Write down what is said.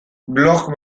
blog